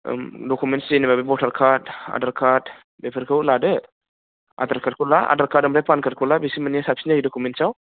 documents जेनेबा voter card Aadhaar card बेफोरखौबो लादो आधार कार्ड ओमफ्राय पान कार्डखौ ला बेसोर मोननैआ साबसिन जायो डकुमेन्सआव